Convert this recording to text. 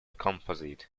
composite